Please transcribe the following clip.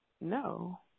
No